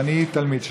ואני תלמיד שלך,